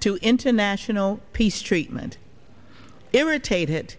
to international peace treatment irritated